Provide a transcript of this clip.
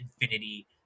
infinity